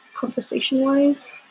conversation-wise